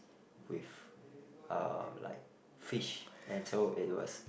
with uh like fish and so it was